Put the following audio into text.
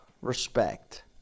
respect